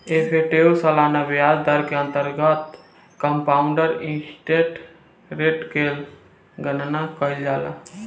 effective सालाना ब्याज दर के अंतर्गत कंपाउंड इंटरेस्ट रेट के गणना कईल जाला